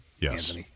Yes